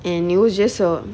and it was just so